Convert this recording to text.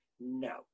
No